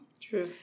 True